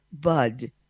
bud